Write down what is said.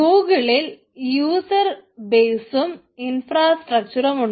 ഗൂഗിളിൽ യൂസർ ബെയ്സ്സും ഇൻഫ്രാസ്ട്രച്ചറും ഉണ്ട്